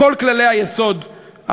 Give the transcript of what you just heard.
כל זאת הגם שבחוק